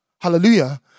Hallelujah